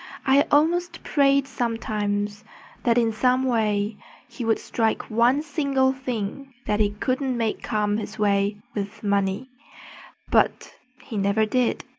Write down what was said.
i almost prayed sometimes that in some way he would strike one single thing that he couldn't make come his way with money but he never did.